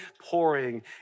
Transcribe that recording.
pouring